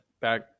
back